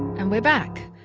and we're back.